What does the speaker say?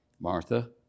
Martha